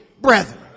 Brethren